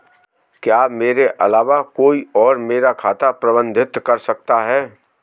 क्या मेरे अलावा कोई और मेरा खाता प्रबंधित कर सकता है?